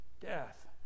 death